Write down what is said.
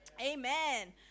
Amen